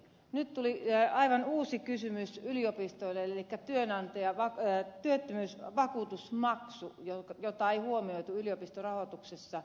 nyt tuli aivan uusi kysymys yliopistoille elikkä työnantajan työttömyysvakuutusmaksu jota ei huomioitu yliopistorahoituksessa